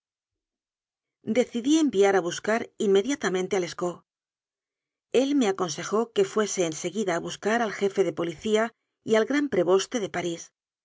decidí enviar a buscar inmediatamente a lescaut el me aconsejó que fuese en seguida a bus car al jefe de policía y al gran preboste de parís